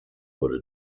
wurde